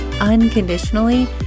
unconditionally